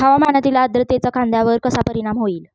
हवामानातील आर्द्रतेचा कांद्यावर कसा परिणाम होईल?